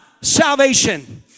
salvation